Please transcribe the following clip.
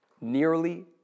nearly